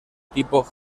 tipo